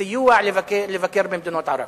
סיוע לבקר במדינות ערב.